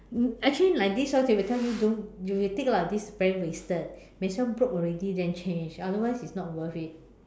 um actually like this orh they will tell you don't you will think lah this is very wasted when this one broke already then change otherwise it's not worth it